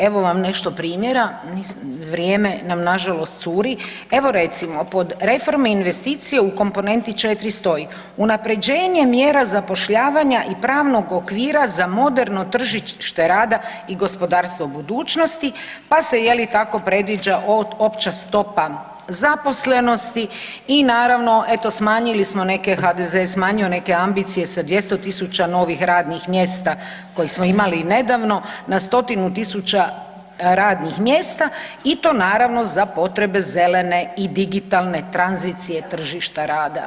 Evo vam nešto primjera, vrijeme nam nažalost curi, evo recimo, pod reforme investicije u komponenti 4 stoji „unapređenje mjera zapošljavanja i pravnog okvira za moderno tržište rada i gospodarstvo u budućnosti“, pa se je li tako predviđa opća stopa zaposlenosti i naravno eto smanjili smo neke HDZ je smanjio neke ambicije sa 200.000 na novih radnih mjesta koje smo imali nedavno na 100.000 radnih mjesta i to naravno za potrebe zelene i digitalne tranzicije tržišta rada.